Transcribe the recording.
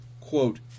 quote